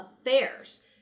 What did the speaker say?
affairs